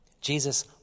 Jesus